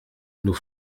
nos